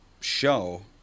show